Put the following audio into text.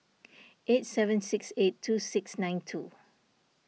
eight seven six eight two six nine two